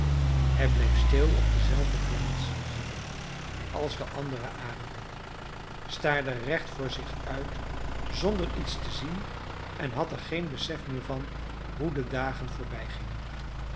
hij bleef stil op dezelfde plaats zitten als de andere arenden staarde recht voor zich uit zonder iets te zien en had er geen besef meer van hoe de dagen